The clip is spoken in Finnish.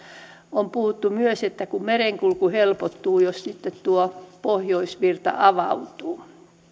on puhuttu myös että merenkulku helpottuu jos sitten tuo pohjoisvirta avautuu